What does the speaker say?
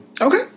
Okay